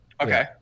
Okay